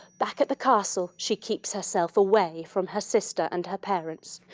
back at the castle she keeps herself away from her sister and her parents.